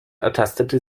ertastete